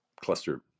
Cluster